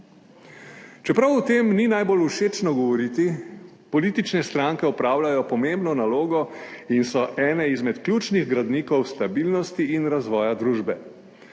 Čeprav o tem ni najbolj všečno govoriti politične stranke opravljajo pomembno nalogo in so ene izmed ključnih gradnikov stabilnosti in razvoja družbe.